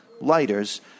lighters